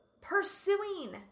pursuing